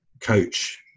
coach